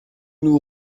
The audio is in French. nous